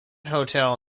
hotel